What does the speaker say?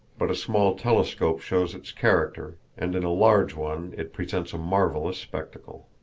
but a small telescope shows its character, and in a large one it presents a marvelous spectacle.